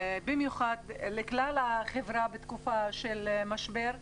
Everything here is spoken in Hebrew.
במיוחד לכלל החברה בתקופה של משבר.